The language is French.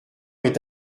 est